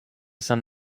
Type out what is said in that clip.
send